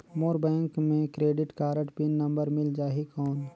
मोर bank मे credit card pin number मिल जाहि कौन?